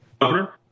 Governor